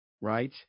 right